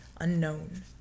unknown